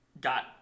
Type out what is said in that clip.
got